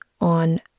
on